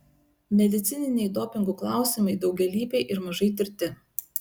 medicininiai dopingų klausimai daugialypiai ir mažai tirti